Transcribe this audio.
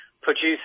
produce